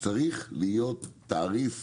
צריך להיות תעריף